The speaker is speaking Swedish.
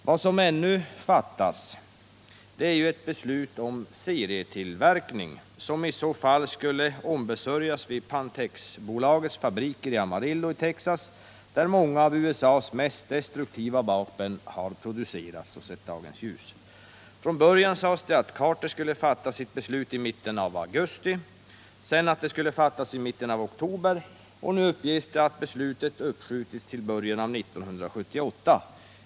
Vad som ännu fattas är ett beslut om serietillverkning, som i så fall skulle ombesörjas i Pantexbolagets fabriker i Amarillo i Texas, där många av USA:s mest destruktiva vapen har producerats. Först sades det att Carter skulle fatta sitt beslut i mitten av augusti, sedan att det skulle fattas i mitten av oktober, och nu uppges det att beslutet uppskjutits till början av 1978.